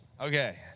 Okay